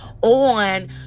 On